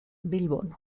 bilbon